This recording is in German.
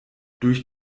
durch